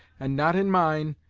and not in mine,